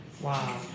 Wow